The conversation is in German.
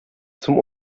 zum